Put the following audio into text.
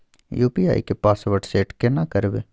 UPI के password set केना करबे?